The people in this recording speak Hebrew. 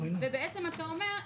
ובעצם אתה אומר,